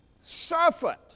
suffered